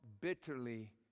bitterly